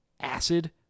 acid